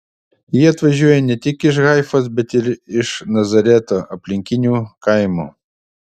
jie atvažiuoja ne tik iš haifos bet ir iš nazareto aplinkinių kaimų